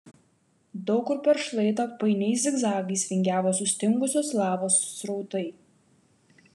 daug kur per šlaitą painiais zigzagais vingiavo sustingusios lavos srautai